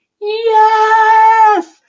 yes